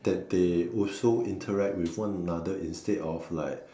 that they also interact with one another instead of like